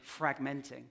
fragmenting